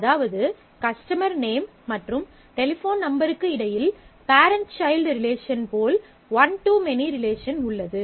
அதாவது customer name மற்றும் telephone நம்பருக்கு இடையில் பேரெண்ட் சைல்ட் ரிலேஷன் போல் ஒன் டு மெனி ரிலேஷன் உள்ளது